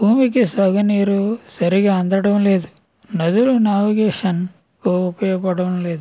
భూమికి సాగు నీరు సరిగా అందడం లేదు నదులు నావిగేషన్ ఉపయోగపడడం లేదు